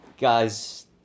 guys